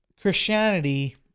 Christianity